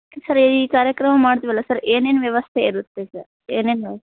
sir ಈ ಕಾರ್ಯಕ್ರಮ ಮಾಡ್ತಿವಲ್ಲ ಸರ್ ಏನೇನು ವ್ಯವಸ್ಥೆ ಇರುತ್ತೆ ಸರ್ ಏನೇನು